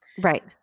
Right